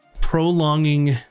prolonging